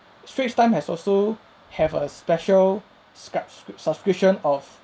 straits time has also have a special scrap script subscription of